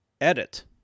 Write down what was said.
edit